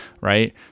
Right